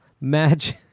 Match